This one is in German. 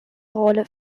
rolle